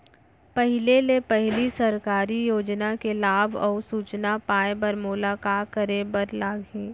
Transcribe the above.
पहिले ले पहिली सरकारी योजना के लाभ अऊ सूचना पाए बर मोला का करे बर लागही?